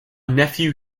nephew